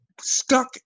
stuck